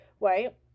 right